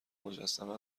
مجسمه